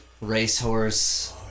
racehorse